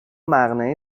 مقنعه